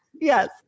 Yes